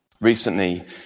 Recently